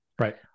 Right